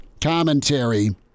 commentary